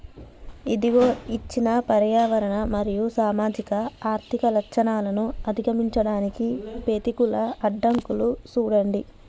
ఇదిగో ఇచ్చిన పర్యావరణ మరియు సామాజిక ఆర్థిక లచ్చణాలను అధిగమించడానికి పెతికూల అడ్డంకులుగా సూడండి